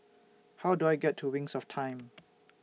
How Do I get to Wings of Time